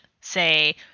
say